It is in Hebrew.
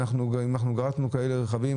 אם גרטנו כאלה רכבים,